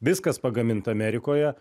viskas pagaminta amerikoje